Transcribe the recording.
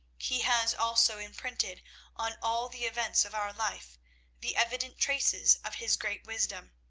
he has also imprinted on all the events of our life the evident traces of his great wisdom,